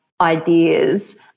ideas